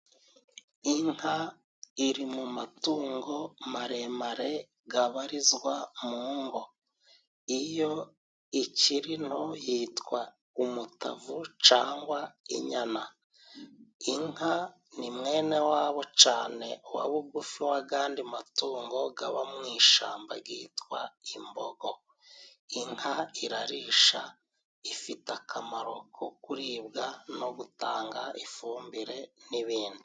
Inka iri mu matungo maremare abarizwa mu ngo, iyo ikiri nto yitwa umutavu cyangwa inyana. Inka ni mwene wabo cyane wa bugufi w'ayandi matungo aba mu ishyamba yitwa imbogo. Inka irarisha ifite akamaro ko kuribwa no gutanga ifumbire n'ibindi.